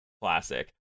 Classic